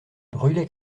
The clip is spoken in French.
bruley